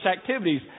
activities